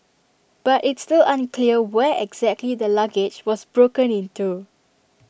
but it's still unclear where exactly the luggage was broken into